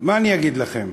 מה אני אגיד לכם,